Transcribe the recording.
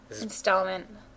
Installment